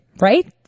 right